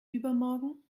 übermorgen